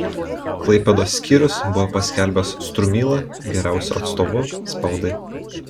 klaipėdos skyrius buvo paskelbęs strumylą geriausiu atstovu spaudai